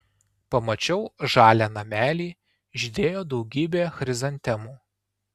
pamačiau žalią namelį žydėjo daugybė chrizantemų